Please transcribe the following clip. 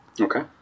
Okay